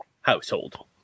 household